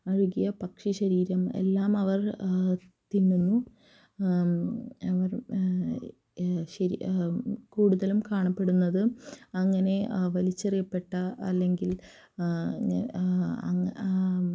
അഴുകിയ പക്ഷി ശരീരം എല്ലാം അവർ തിന്നുന്നു ശരി കൂടുതലും കാണപ്പെടുന്നത് അങ്ങനെ വലിച്ചെറിയപ്പെട്ട അല്ലെങ്കിൽ